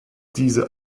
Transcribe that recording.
diese